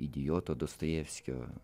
idioto dostojevskio